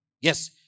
Yes